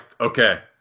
okay